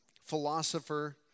philosopher